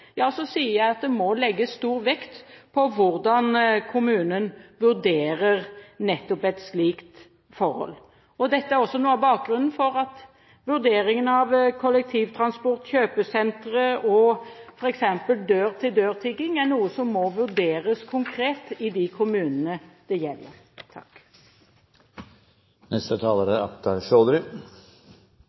så sier jeg at det må legges stor vekt på hvordan kommunen vurderer nettopp et slikt forhold. Dette er også noe av bakgrunnen for at kollektivtransport, kjøpesentre og f.eks. dør-til-dør-tigging er noe som må vurderes konkret i de kommunene det gjelder.